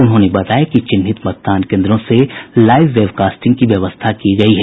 उन्होंने बताया कि चिन्हित मतदान केन्द्रों से लाईव वेबकास्टिंग की व्यवस्था की गयी है